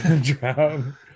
Drown